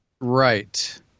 Right